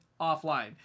offline